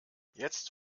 jetzt